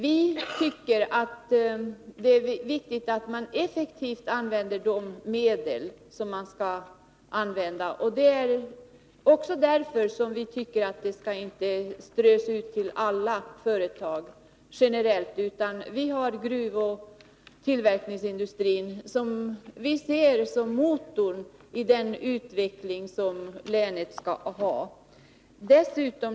Vi tycker att det är viktigt att man effektivt använder de medel som står till förfogande. Det är också därför som vi anser att pengar inte skall strös ut generellt till alla företag. Vi ser gruvoch tillverkningsindustrin som en motor i den utveckling som länet skall ha.